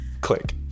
Click